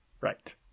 Right